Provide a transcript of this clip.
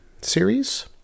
series